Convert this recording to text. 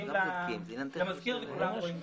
נציגים למזכיר וכולם רואים אותם.